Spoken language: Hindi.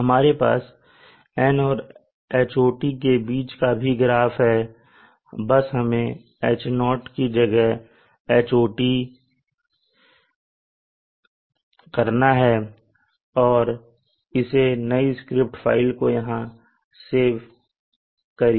हमारे पास N और Hot के बीच का भी ग्राफ है बस हमें H0 की जगह Hot करना है और इस नई स्क्रिप्ट फाइल को यहां शेव करिए